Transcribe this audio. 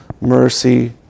mercy